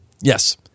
yes